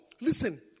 listen